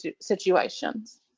situations